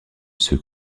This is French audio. ceux